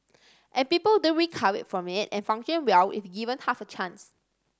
and people do recover from it and function well if given half a chance